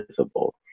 visible